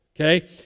okay